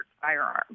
firearm